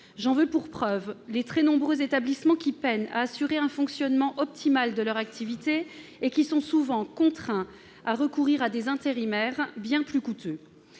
J'en veux pour preuve le fait que de très nombreux établissements peinent à assurer un exercice optimal de leur activité et sont souvent contraints de recourir à des intérimaires, bien plus coûteux.